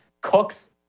Cooks